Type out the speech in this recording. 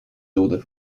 all